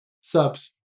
subs